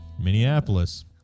Minneapolis